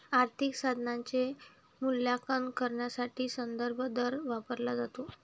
आर्थिक साधनाचे मूल्यांकन करण्यासाठी संदर्भ दर वापरला जातो